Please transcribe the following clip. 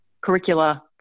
curricula